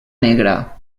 negra